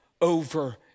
over